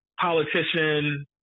politician